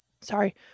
Sorry